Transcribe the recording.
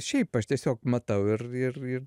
šiaip aš tiesiog matau ir ir ir